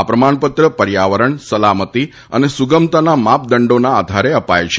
આ પ્રમાણપત્ર પર્યાવરણ સલામતી તથા સુગમતાના માપદંડોના આધારે અપાય છે